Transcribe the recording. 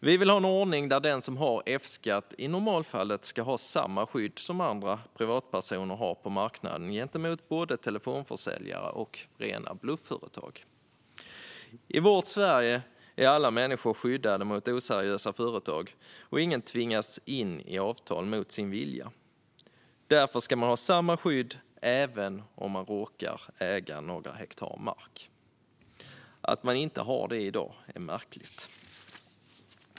Vi vill ha en ordning där den som har F-skatt i normalfallet ska ha samma skydd gentemot både telefonförsäljare och rena blufföretag som andra privatpersoner har på marknaden. I vårt Sverige är alla människor skyddade mot oseriösa företag, och ingen tvingas in i avtal mot sin vilja. Därför ska man ha samma skydd även om man råkar äga några hektar mark. Att man inte har det i dag är märkligt.